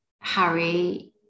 Harry